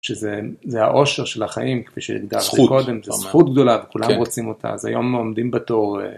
שזה העושר של החיים כפי שהדגשתי קודם, זה זכות גדולה וכולם רוצים אותה, אז היום עומדים בתור.